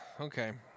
okay